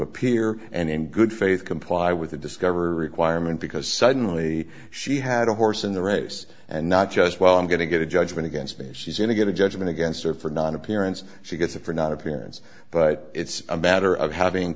appear and in good faith comply with the discovery requirement because suddenly she had a horse in the race and not just well i'm going to get a judgment against me she's going to get a judgment against her for nonappearance she gets a for not appearance but it's a matter of having